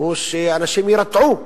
הוא שאנשים יירתעו